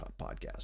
podcast